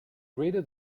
greater